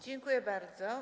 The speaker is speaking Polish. Dziękuję bardzo.